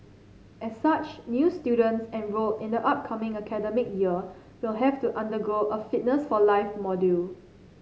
as such new students enrolled in the upcoming academic year will have to undergo a Fitness for life module